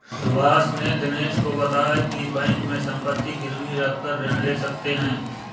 सुभाष ने दिनेश को बताया की बैंक में संपत्ति गिरवी रखकर ऋण ले सकते हैं